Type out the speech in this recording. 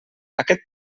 aquest